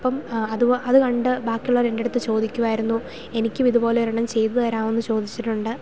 അപ്പം അത് കണ്ടു ബാക്കിയുള്ളവർ എൻ്റെ അടുത്ത് ചോദിക്കുമായിരുന്നു എനിക്ക് ഇതുപോലെ ഒരെണ്ണം ചെയ്തു തരാമോ എന്ന് ചോദിച്ചിട്ടുണ്ട്